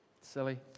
Silly